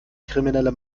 kriminelle